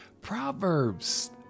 Proverbs